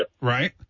Right